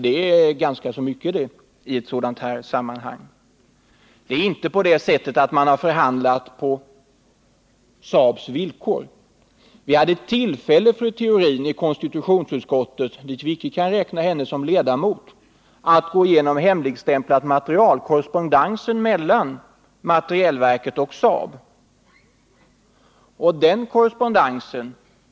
Det är ganska mycket pengar i ett sådant här sammanhang. Det är inte så att man har förhandlat på Saab-Scanias villkor. Vi hade tillfälle, fru Theorin, i-konstitutionsutskottet, i vilket vi icke kan räkna henne som ledamot, att gå igenom hemligstämplat material — korrespondensen mellan materielverket och Saab-Scania.